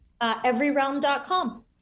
EveryRealm.com